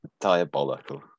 Diabolical